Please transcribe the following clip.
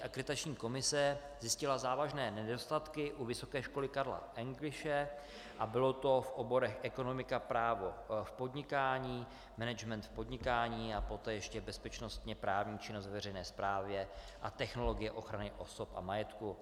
Akreditační komise zjistila závažné nedostatky u Vysoké školy Karla Engliše a bylo to v oborech ekonomika a právo v podnikání, management v podnikání a poté ještě bezpečnostně právní činnost ve veřejné správě a technologie ochrany osob a majetku.